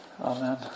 Amen